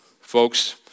folks